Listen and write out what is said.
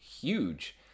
huge